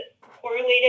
correlated